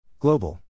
Global